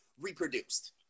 reproduced